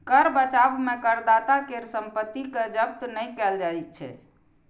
कर बचाव मे करदाता केर संपत्ति कें जब्त नहि कैल जाइ छै